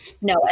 No